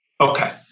Okay